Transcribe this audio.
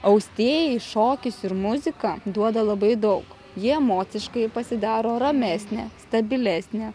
austėjai šokis ir muzika duoda labai daug ji emociškai pasidaro ramesnė stabilesnė